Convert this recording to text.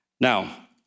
Now